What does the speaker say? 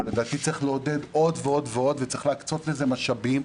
אבל לדעתי צריך לעודד עוד ועוד וצריך להקצות לזה משאבים.